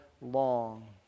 long